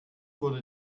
wurde